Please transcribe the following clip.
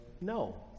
no